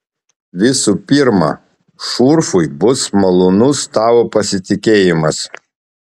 visų pirma šurfui bus malonus tavo pasitikėjimas